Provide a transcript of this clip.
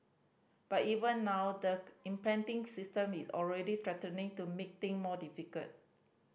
but even now the impending system is already threatening to make thing more difficult